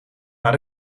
naar